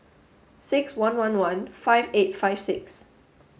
six one one one five eight five six